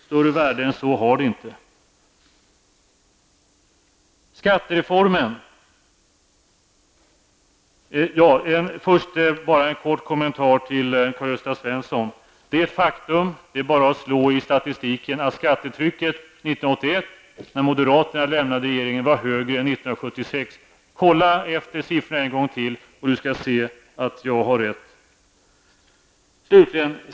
Större värden än så har inte era löften. Jag vill kort kommentera det som Karl-Gösta Svenson sade. Det är ett faktum och det är bara att slå i statistiken så ser man att skattetrycket 1981, när moderaterna lämnade regeringen, var högre än 1976. Kontrollera siffrorna en gång till, så ser ni att jag har rätt!